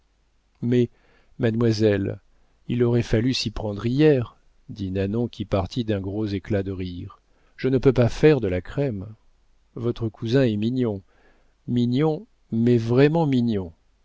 mais mademoiselle il aurait fallu s'y prendre hier dit nanon qui partit d'un gros éclat de rire je ne peux pas faire de la crème votre cousin est mignon mignon mais vraiment mignon